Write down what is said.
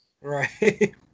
right